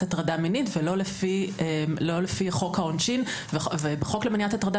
הטרדה מינית ולא לפי חוק העונשין ובחוק למניעת הטרדה